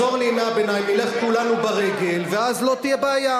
נלך כולנו ברגל ואז לא תהיה בעיה.